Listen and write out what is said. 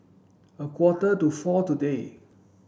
a quarter to four today